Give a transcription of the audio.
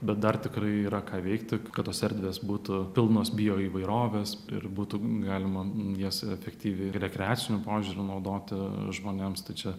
bet dar tikrai yra ką veikti kad tos erdvės būtų pilnos bioįvairovės ir būtų galima jas efektyviai rekreaciniu požiūriu naudoti žmonėms tai čia